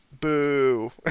boo